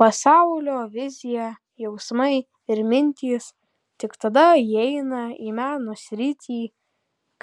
pasaulio vizija jausmai ir mintys tik tada įeina į meno sritį